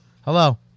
Hello